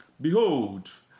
behold